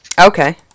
Okay